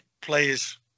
players